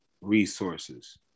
resources